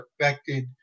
affected